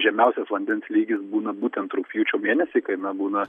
žemiausias vandens lygis būna būtent rugpjūčio mėnesį kai na būna